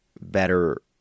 better